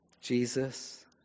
Jesus